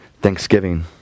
thanksgiving